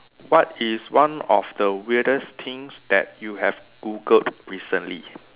what is one of the weirdest things that you have Googled recently